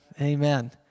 amen